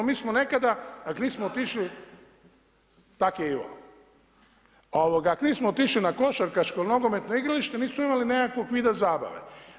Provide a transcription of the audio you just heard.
Mi smo nekada ako nismo otišli – tak je Ivo – ako nismo otišli na košarkaško, nogometno igralište nismo imali nekakvog vida zabave.